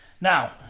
Now